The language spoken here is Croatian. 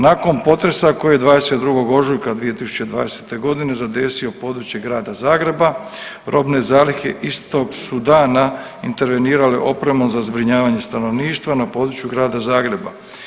Nakon potresa koji je 22. ožujka 2020. godine zadesio područje Grada Zagreba robne zalihe istog su dana intervenirale opremom za zbrinjavanje stanovništva na području Grada Zagreba.